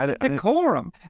decorum